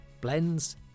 blends